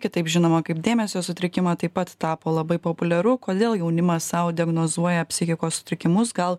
kitaip žinomą kaip dėmesio sutrikimą taip pat tapo labai populiaru kodėl jaunimas sau diagnozuoja psichikos sutrikimus gal